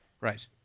Right